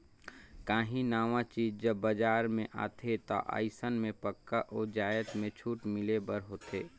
काहीं नावा चीज जब बजार में आथे ता अइसन में पक्का ओ जाएत में छूट मिले बर होथे